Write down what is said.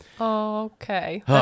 Okay